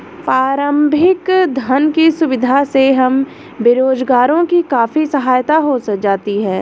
प्रारंभिक धन की सुविधा से हम बेरोजगारों की काफी सहायता हो जाती है